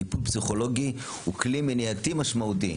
טיפול פסיכולוגי הוא כלי מניעתי משמעותי,